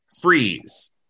freeze